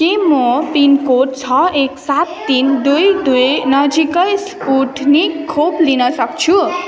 के म पिनकोड छ एक सात तिन दुई दुई नजिकै स्पुत्निक खोप लिन सक्छु